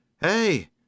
Hey